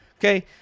Okay